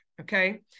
Okay